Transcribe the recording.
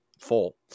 full